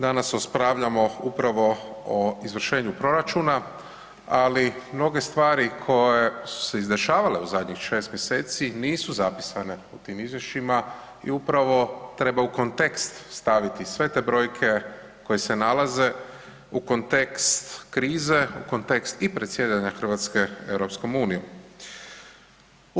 Danas raspravljamo upravo o izvršenju proračuna, ali mnoge stvari koje su se izdešavale u zadnjih 6 mj., nisu zapisane u tim izvješćima i upravo treba u kontekst staviti sve te brojke koje se nalaze, u kontekst krize, u kontekst predsjedanja Hrvatske EU-om.